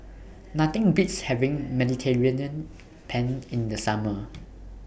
Nothing Beats having Mediterranean Penne in The Summer